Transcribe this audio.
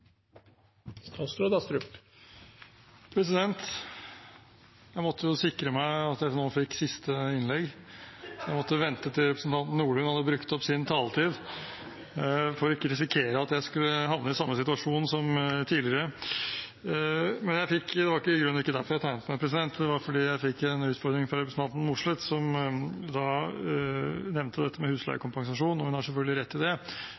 innlegg. Jeg måtte vente til representanten Nordlund hadde brukt opp sin taletid, for ikke å risikere at jeg skulle havne i samme situasjon som tidligere. Men det var i grunnen ikke derfor jeg tegnet meg, det var fordi jeg fikk en utfordring fra representanten Mossleth, som nevnte dette med husleiekompensasjon. Hun har selvfølgelig rett i det,